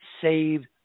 save